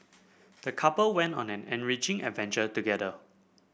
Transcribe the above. the couple went on an enriching adventure together